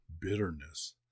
bitterness